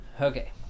okay